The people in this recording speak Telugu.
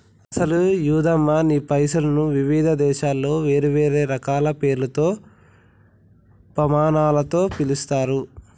అసలు యాదమ్మ నీ పైసలను వివిధ దేశాలలో వేరువేరు రకాల పేర్లతో పమానాలతో పిలుస్తారు